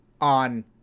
on